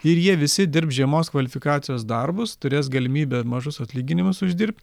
ir jie visi dirbs žemos kvalifikacijos darbus turės galimybę ir mažus atlyginimus uždirbt